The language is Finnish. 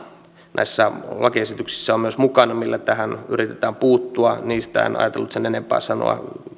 näissä lakiesityksissä on myös mukana joilla tähän yritetään puuttua niistä en ajatellut sen enempää sanoa